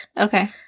Okay